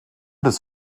des